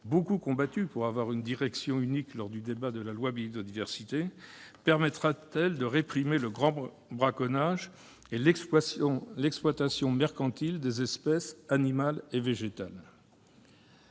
beaucoup combattu pour cette direction unique lors de la discussion de la loi sur la biodiversité -permettra-t-elle de réprimer le grand braconnage et l'exploitation mercantile des espèces animales et végétales ?